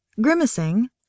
Grimacing